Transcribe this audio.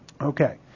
Okay